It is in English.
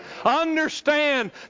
Understand